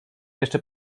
jeszcze